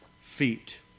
feet